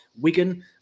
Wigan